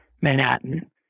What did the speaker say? Manhattan